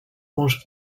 penche